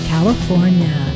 California